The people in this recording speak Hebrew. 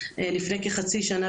לפני כחצי שנה,